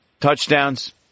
touchdowns